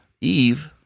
Eve